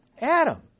Adam